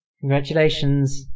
Congratulations